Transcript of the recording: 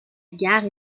gare